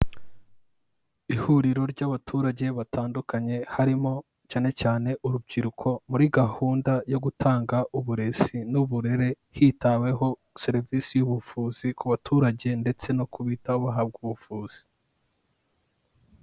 Ihuriro ry'abaturage batandukanye harimo cyane cyane urubyiruko muri gahunda yo gutanga uburezi n'uburere hitaweho serivisi y'ubuvuzi ku baturage ndetse no kubitaho bahabwa ubuvuzi.